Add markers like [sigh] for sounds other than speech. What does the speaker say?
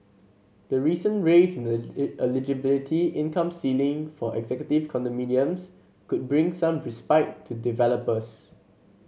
the recent raise in [unintelligible] eligibility income ceiling for executive condominiums could bring some respite to developers